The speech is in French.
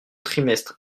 trimestres